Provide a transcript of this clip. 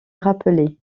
rappeler